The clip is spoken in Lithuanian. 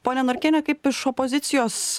ponia norkiene kaip iš opozicijos